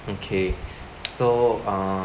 okay so uh